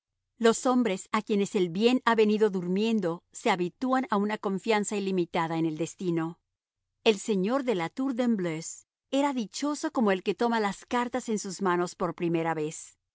los hombres a quienes el bien ha venido durmiendo se habitúan a una confianza ilimitada en el destino el señor de la tour de embleuse era dichoso como el que toma las cartas en sus manos por primera vez